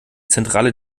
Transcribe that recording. zentrale